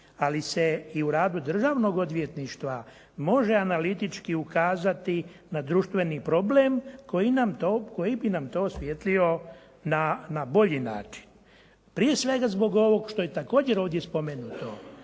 ali se i u radu državnog odvjetništva može analitički ukazati na društveni problem koji bi nam to osvijetlio na bolji način, prije svega zbog ovog što je također ovdje spomenuto.